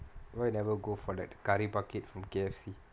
why you never go for the like curry bucket from K_F_C